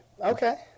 Okay